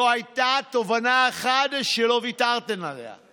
לא הייתה תובנה אחת שלא ויתרתם עליה,